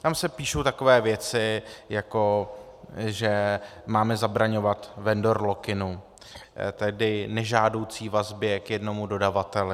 Tam se píší takové věci, jako že máme zabraňovat vendor lockinu, tedy nežádoucí vazbě k jednomu dodavateli.